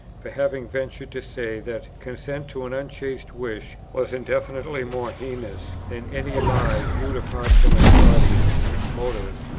for having ventured to say that consent to an unchaste wish was indefinitely more heinous than any lie viewed apart from its causes, its motives,